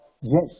Yes